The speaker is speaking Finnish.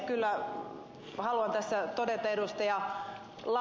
kyllä haluan tässä todeta ed